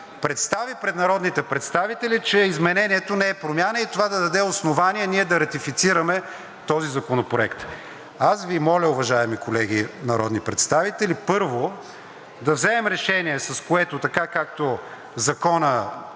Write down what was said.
представи пред народните представители, че изменението не е промяна и това да даде основание ние да ратифицираме този законопроект. Аз Ви моля, уважаеми колеги народни представители, първо, да вземем решение, с което така, както законът